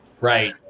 Right